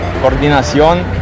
coordinación